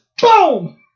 Boom